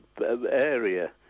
area